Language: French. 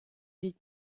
les